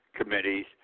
committees